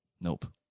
Nope